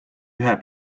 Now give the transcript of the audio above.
ühe